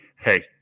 hey